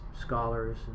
scholars